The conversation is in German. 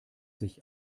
sich